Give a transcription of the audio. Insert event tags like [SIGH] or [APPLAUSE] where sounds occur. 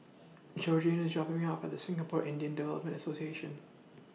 [NOISE] Georgine IS dropping Me off At Singapore Indian Development Association